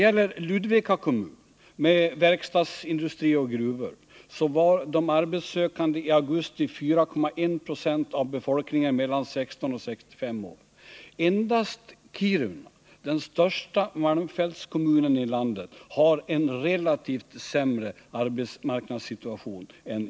I Ludvika kommun, med verkstadsindustri och gruvor, utgjorde de arbetssökande i augusti 4,1 26 av befolkningen mellan 16 och 65 år. Endast Kiruna, den största malmfältskommunen i landet, har en relativt sämre arbetsmarknadssituation.